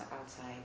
outside